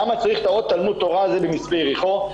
למה צריך עוד תלמוד תורה במצפה יריחו.